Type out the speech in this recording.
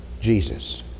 Jesus